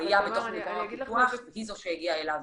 הוא היה במקום הפיקוח, היא זו שהגיעה אליו.